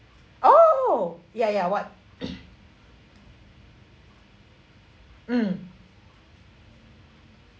oh ya ya what mm